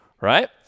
right